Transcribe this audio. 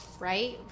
right